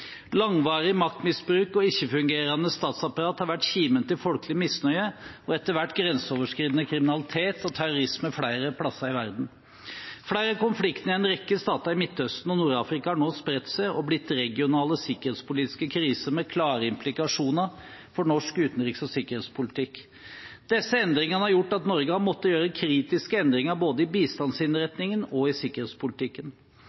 Langvarig maktmisbruk og ikke-fungerende statsapparater har vært kimen til folkelig misnøye og etter hvert grenseoverskridende kriminalitet og terrorisme flere steder i verden. Flere av konfliktene i en rekke stater i Midtøsten og Nord-Afrika har nå spredt seg og blitt regionale sikkerhetspolitiske kriser med klare implikasjoner for norsk utenriks- og sikkerhetspolitikk. Disse endringene har gjort at Norge har måttet gjøre kritiske endringer både i